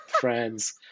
friends